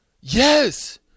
Yes